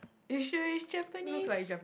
you sure it's Japanese